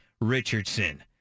Richardson